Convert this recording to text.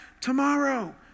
tomorrow